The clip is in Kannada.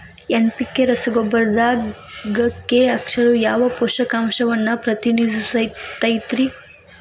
ಎನ್.ಪಿ.ಕೆ ರಸಗೊಬ್ಬರದಾಗ ಕೆ ಅಕ್ಷರವು ಯಾವ ಪೋಷಕಾಂಶವನ್ನ ಪ್ರತಿನಿಧಿಸುತೈತ್ರಿ?